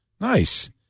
Nice